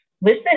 Listen